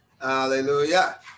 Hallelujah